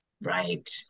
Right